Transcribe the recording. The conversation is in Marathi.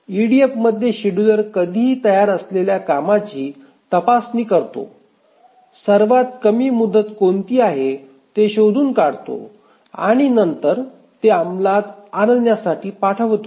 ईडीएफमध्ये शेड्युलर कधीही तयार असलेल्या कामाची तपासणी करते सर्वात कमी मुदत कोणती आहे ते शोधून काढते आणि नंतर ते अंमलात आणण्यासाठी पाठवते